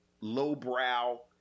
lowbrow